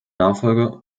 nachfolger